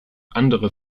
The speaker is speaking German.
andere